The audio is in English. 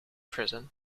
prison